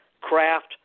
craft